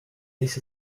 this